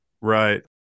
Right